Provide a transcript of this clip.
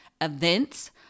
events